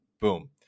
Boom